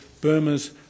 Burma's